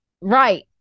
Right